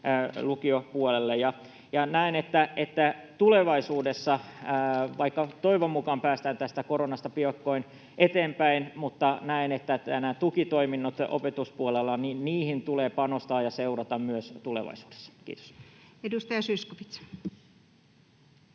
tärkeä. Näen, että tulevaisuudessa, vaikka toivon mukaan päästään tästä koronasta piakkoin eteenpäin, näihin tukitoimintoihin opetuspuolella tulee panostaa ja niitä seurata myös tulevaisuudessa. — Kiitos. [Speech